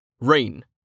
Rain